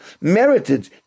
merited